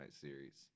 series